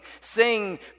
Sing